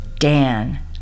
Dan